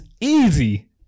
Easy